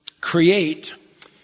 create